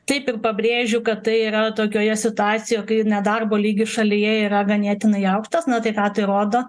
taip ir pabrėžiu kad tai yra tokioje situacijoje kai nedarbo lygis šalyje yra ganėtinai aukštas na tai ką tai rodo